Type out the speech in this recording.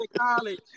college